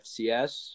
FCS